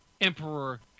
Emperor